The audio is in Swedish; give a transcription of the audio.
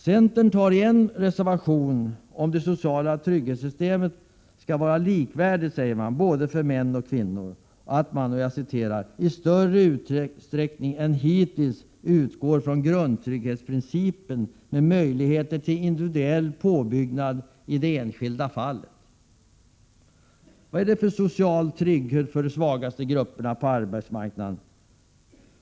Centern säger i en reservation om det sociala trygghetssystemet, som skall vara likvärdigt för män och kvinnor, att man ”i större utsträckning än hittills utgår från grundtrygghetsprincipen med möjligheter till individuell påbyggnad i det enskilda fallet”. Vad är det för social trygghet för de svagaste grupperna på arbetsmarknaden?